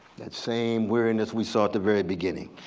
that same weariness we saw at the very beginning.